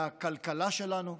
לכלכלה שלנו,